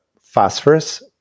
phosphorus